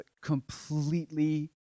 completely